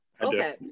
okay